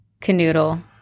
canoodle